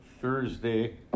Thursday